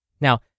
Now